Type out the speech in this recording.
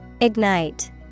Ignite